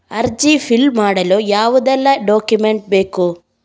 ಅರ್ಜಿ ಫಿಲ್ ಮಾಡಲು ಯಾವುದೆಲ್ಲ ಡಾಕ್ಯುಮೆಂಟ್ ಬೇಕು?